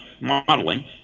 modeling